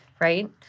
right